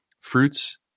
fruits